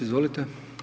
Izvolite.